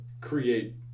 create